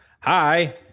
Hi